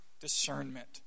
discernment